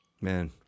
Man